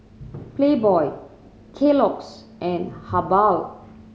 Playboy Kellogg's and Habhal